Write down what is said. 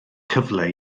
cyfle